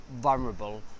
vulnerable